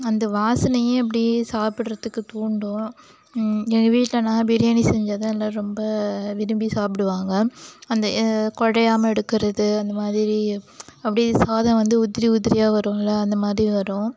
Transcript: அந்த வாசனையே அப்படியே சாப்பிடுறதுக்கு தூண்டும் எங்கள் வீட்டில் நான் பிரியாணி செஞ்சால்தான் எல்லாம் ரொம்ப விரும்பி சாப்பிடுவாங்க அந்த குழையாம எடுக்கிறது அந்த மாதிரி அப்படியே சாதம் வந்து உதிரி உதிரியாக வருமெல அந்த மாதிரி வரும்